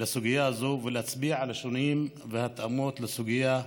לסוגיה הזאת ולהצביע על השינויים וההתאמות בסוגיה,